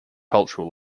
cultural